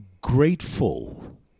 grateful